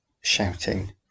shouting